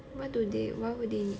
what do they what would they need